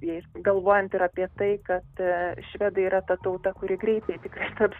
jais galvojant ir apie tai kad švedai yra ta tauta kuri greitai tikrai kad